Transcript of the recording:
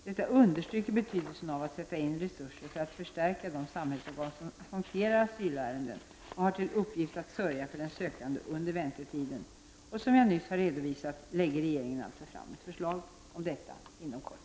Detta understryker betydelsen av att sätta in resurser för att förstärka de samhällsorgan som hanterar asylärendena och har till uppgift att sörja för de sökande under väntetiden. Som jag nyss har redovisat lägger regeringen alltså fram förslag om detta inom kort.